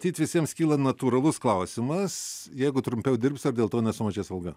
matyt visiems kyla natūralus klausimas jeigu trumpiau dirbs ar dėl to nesumažės alga